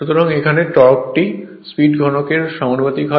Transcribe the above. সুতরাং এখানে টর্কটি স্পিডের ঘনকের এর সমানুপাতিক হয়